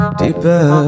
deeper